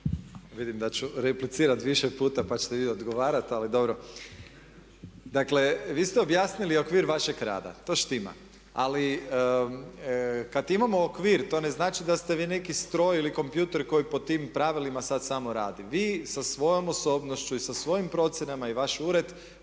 Vidim da ću replicirat više puta, pa ćete vi odgovorit ali dobro. Dakle, vi ste objasnili okvir vašeg rada. To štima ali kad imamo okvir to ne znači da ste vi neki stroj ili kompjuter koji pod tim pravilima sad samo radi. Vi sa svojom osobnošću i sa svojim procjenama i vaš ured